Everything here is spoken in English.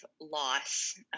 loss